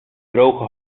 droge